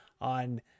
on